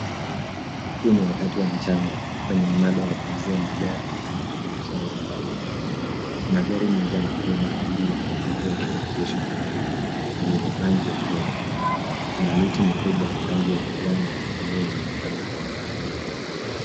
Huu ni wakati wa mchana kwenye mnada wa kuuzia magari ambapo biashara inaendelea. Kuna gari moja la kubeba abiria ambalo limeegeshwa hapa na ni la rangi ya fedha. Kuna miti mikubwa ya rangi ya kijani ambayo inaonekana kwa umbali.